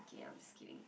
okay I'm just kidding